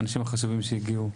האנשים החשובים שהגיעו.